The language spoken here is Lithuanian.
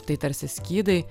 tai tarsi skydai